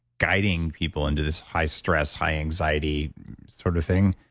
guiding people into this high stress, high anxiety sort of thing.